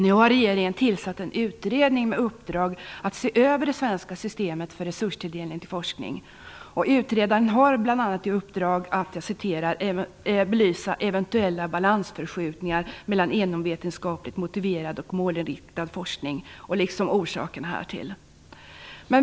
Nu har regeringen tillsatt en utredning med uppdrag att se över det svenska systemet för resurstilldelning till forskning. Utredaren har bl.a. i uppdrag att "belysa eventuella balansförskjutningar mellan inomvetenskapligt motiverad och målinriktad forskning, liksom orsakerna härtill".